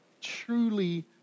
truly